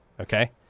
okay